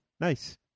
Nice